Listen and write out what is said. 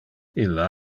illa